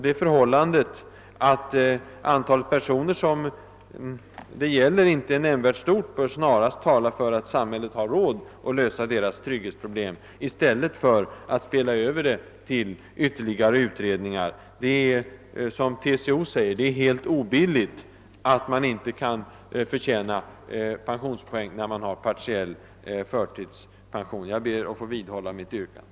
Det förhållandet, att antalet personer, som beröres av reformen, icke är nämnvärt stort, bör tala för att samhället har råd att lösa deras trygghetsproblem.> Och TCO säger att det är helt obilligt att man inte kan förtjäna pensionspoäng när man har partiell förtidspension. Jag ber att få vidhålla mitt yrkande.